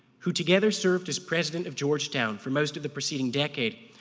who together served as president of georgetown for most of the proceeding decade,